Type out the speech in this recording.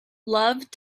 love